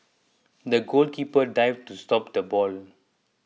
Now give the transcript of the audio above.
the goalkeeper dived to stop the ball